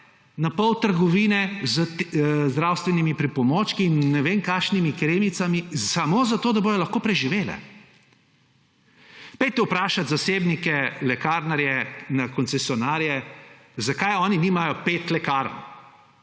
napol trgovin z zdravstvenimi pripomočki in ne vem kakšnimi kremicami. Samo zato da bodo lahko preživele. Pojdite vprašat zasebnike lekarnarje, koncesionarje, zakaj oni nimajo petih lekarn.